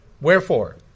Wherefore